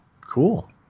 cool